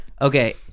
Okay